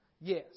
Yes